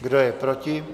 Kdo je proti?